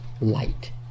light